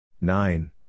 nine